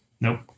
Nope